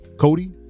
cody